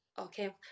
Okay